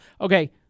Okay